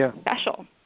special